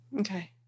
Okay